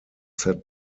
set